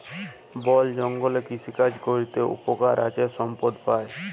বল জঙ্গলে কৃষিকাজ ক্যরে উপকার আছে সম্পদ পাই